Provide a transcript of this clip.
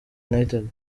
united